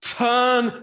turn